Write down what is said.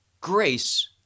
grace